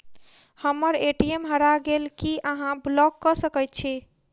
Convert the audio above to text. हम्मर ए.टी.एम हरा गेल की अहाँ ब्लॉक कऽ सकैत छी?